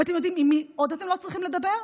ואתם יודעים עם מי עוד אתם לא צריכים לדבר?